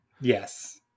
Yes